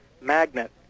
magnet